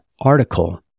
article